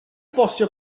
bostio